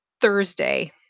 Thursday